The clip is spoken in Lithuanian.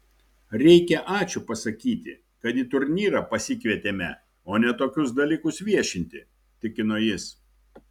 reikia ačiū pasakyti kad į turnyrą pasikvietėme o ne tokius dalykus viešinti tikino jis